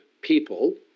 people